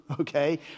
okay